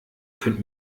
könnt